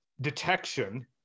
detection